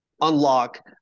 unlock